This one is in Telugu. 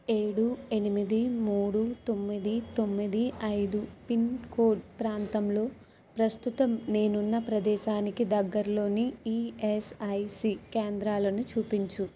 ఏడు ఎనిమిది మూడు తొమ్మిది తొమ్మిది ఐదు పిన్కోడ్ ప్రాంతంలో ప్రస్తుతం నేనున్న ప్రదేశానికి దగ్గరలోని ఈఎస్ఐసి కేంద్రాలును చూపించు